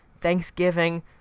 Thanksgiving